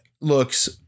looks